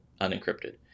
unencrypted